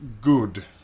good